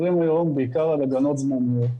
בעיקר על הגנות זמניות.